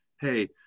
Hey